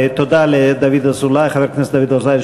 תודה לחבר הכנסת דוד אזולאי.